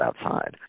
outside